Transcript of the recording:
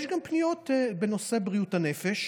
יש גם פניות בנושא בריאות הנפש.